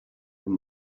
and